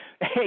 hey